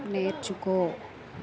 నేర్చుకో